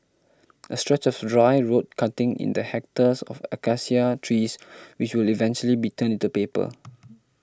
a stretch of dry road cutting in the hectares of Acacia trees which will eventually be turned into paper